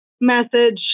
message